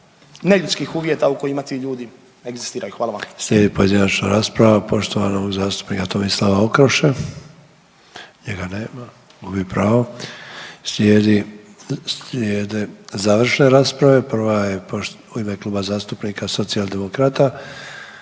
neljudskih uvjeta u kojima ti ljudi egzistiraju. Hvala vam.